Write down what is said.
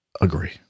agree